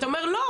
אתה אומר לא,